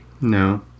No